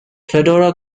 fedora